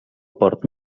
port